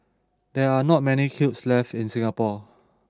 there are not many kilns left in Singapore